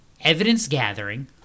evidence-gathering